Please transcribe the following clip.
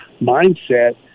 mindset